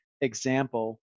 example